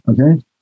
Okay